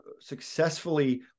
successfully